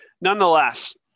Nonetheless